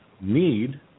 need